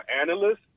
analysts